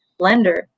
blender